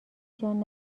جان